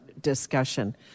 discussion